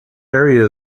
area